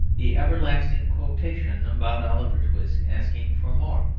the everlasting quotation about oliver twist asking for more.